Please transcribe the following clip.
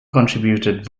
contributed